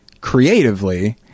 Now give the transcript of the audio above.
creatively